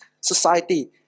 society